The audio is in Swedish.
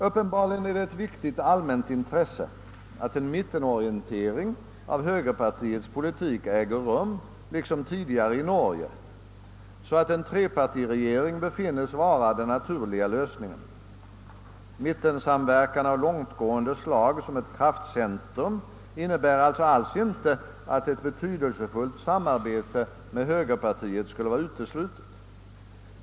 Uppenbarligen är det ett viktigt allmänt intresse att en mittenorientering av högerpartiets politik äger rum, liksom tidigare i Norge, så att en trepartiregering befinns vara den naturliga lösningen. Mittensamverkan av långtgående slag som ett kraftcentrum innebär alltså inte alls att ett betydelsefullt samarbete med högerpartiet skulle vara uteslutet.